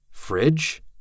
fridge